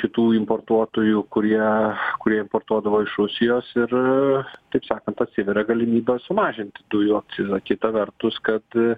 kitų importuotojų kurie kurie importuodavo iš rusijos ir taip sakant atsiveria galimybės sumažinti dujų akcizą kita vertus kad